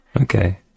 okay